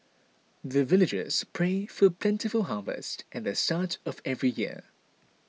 the villagers pray for plentiful harvest at the start of every year